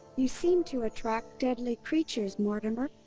you seem to attract deadly creatures, mortimer.